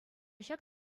ҫак